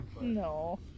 No